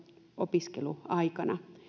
opiskeluaikana